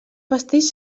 pastís